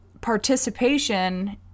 participation